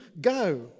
go